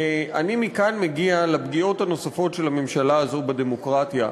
אני מכאן מגיע לפגיעות הנוספות של הממשלה הזאת בדמוקרטיה,